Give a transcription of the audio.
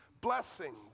blessing